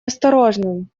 осторожным